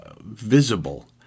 visible